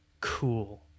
cool